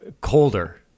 Colder